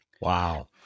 Wow